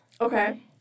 Okay